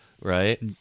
right